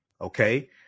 Okay